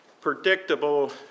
predictable